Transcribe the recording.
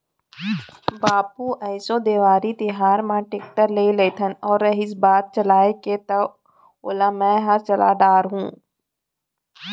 बाबू एसो देवारी तिहार म टेक्टर लेइ लेथन अउ रहिस बात चलाय के त ओला मैंहर चला डार हूँ